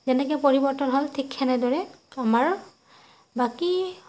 যেনেকৈ পৰিৱৰ্তন হ'ল ঠিক সেনেদৰে আমাৰ বাকী